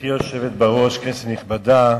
גברתי היושבת בראש, כנסת נכבדה,